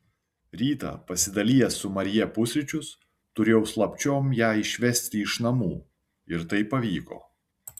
rytą pasidalijęs su marija pusryčius turėjau slapčiom ją išvesti iš namų ir tai pavyko